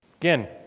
Again